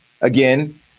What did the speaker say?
again